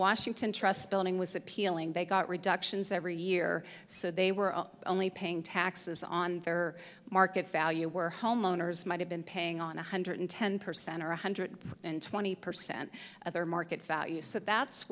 washington trust building was appealing they got reductions every year so they were only paying taxes on their market value were homeowners might have been paying on one hundred ten percent or one hundred and twenty percent of their market value so that's